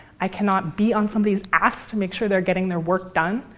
i cannot be on somebody's ass to make sure they're getting their work done.